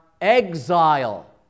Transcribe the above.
exile